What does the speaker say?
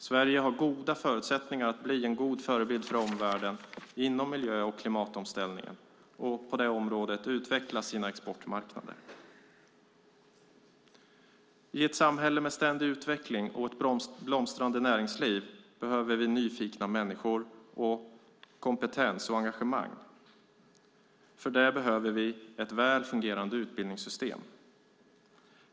Sverige har goda förutsättningar att bli en god förebild för omvärlden inom klimat och miljöomställningen och på det området utveckla sina exportmarknader. I ett samhälle med ständig utveckling och ett blomstrande näringsliv behöver vi nyfikna människor med kompetens och engagemang. För det behöver vi ett väl fungerande utbildningssystem.